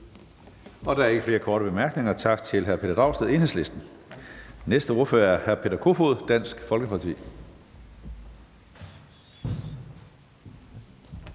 Der er ikke flere korte bemærkninger. Tak til hr. Pelle Dragsted, Enhedslisten. Næste ordfører er hr. Peter Kofod, Dansk Folkeparti.